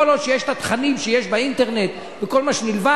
כל עוד יש התכנים שיש באינטרנט וכל מה שנלווה,